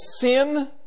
sin